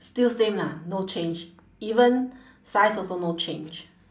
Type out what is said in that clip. still same lah no change even size also no change